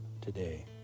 today